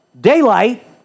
daylight